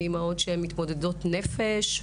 מאימהות שהן מתמודדות נפש,